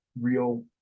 real